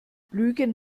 lügen